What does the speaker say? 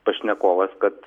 pašnekovas kad